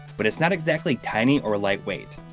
but it's not exactly tiny or lightweight.